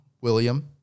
William